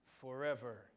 forever